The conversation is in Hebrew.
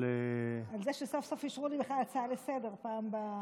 על זה שסוף-סוף אישרו לי בכלל הצעה לסדר-היום בכל המושב הזה.